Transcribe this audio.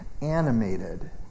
animated